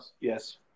Yes